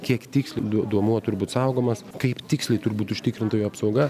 kiek tiksliai duomuo turi būt saugomas kaip tiksliai turi būti užtikrinta jo apsauga